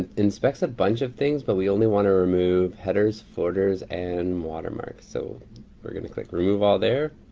and inspects a bunch of things, but we only wanna remove headers, footers, and watermarks. so we're gonna click remove all there.